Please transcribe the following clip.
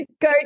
Go